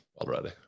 already